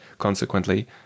Consequently